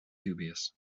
dubious